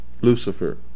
Lucifer